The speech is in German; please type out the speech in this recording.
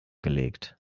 gelegt